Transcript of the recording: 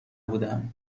بودم